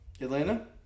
Atlanta